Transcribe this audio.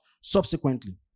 subsequently